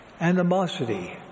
animosity